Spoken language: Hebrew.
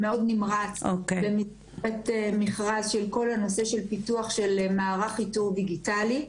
נמרץ --- מכרז של כל הנושא של פיתוח של מערך איתור דיגיטלי.